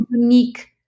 unique